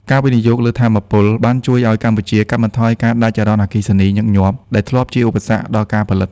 ការវិនិយោគលើថាមពលបានជួយឱ្យកម្ពុជាកាត់បន្ថយការដាច់ចរន្តអគ្គិសនីញឹកញាប់ ដែលធ្លាប់ជាឧបសគ្គដល់ការផលិត។